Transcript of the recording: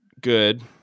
good